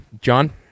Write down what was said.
John